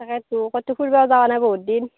তাকেইটো ক'তো ফুৰিব যোৱা নাই বহুত দিন